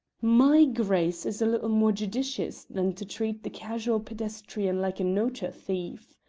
my grace is a little more judicious than to treat the casual pedestrian like a notour thief,